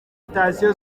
sitasiyo